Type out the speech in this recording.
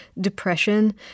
depression